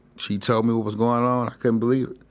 she tells me what was going on, i couldn't believe it.